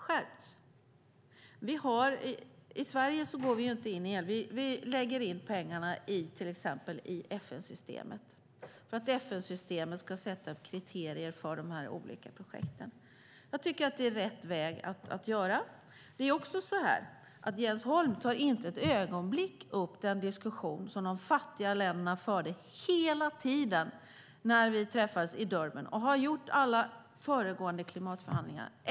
Sverige lägger in pengarna till exempel i FN-systemet för att FN-systemet ska sätta upp kriterier för de här olika projekten. Jag tycker att det är rätt väg att gå. Jens Holm tar inte för ett ögonblick upp den diskussion som de fattiga länderna förde hela tiden när vi träffades i Durban, liksom de har gjort vid alla föregående klimatförhandlingar.